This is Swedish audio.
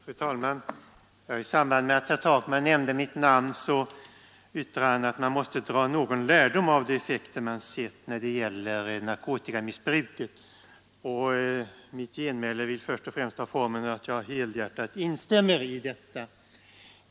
Fru talman! I samband med att herr Takman nämnde mitt namn yttrade han att man måste dra någon lärdom av de effekter man sett av narkotikamissbruket. Mitt genmäle vill först och främst ta den formen, att jag helhjärtat instämmer i detta.